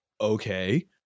okay